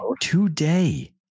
today